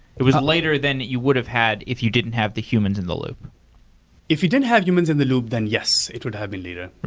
it was later than you would have had if you didn't have the humans in the loop if you didn't have humans in the loop then, yes, it would have been later.